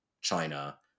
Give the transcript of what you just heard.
China